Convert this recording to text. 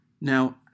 now